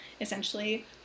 essentially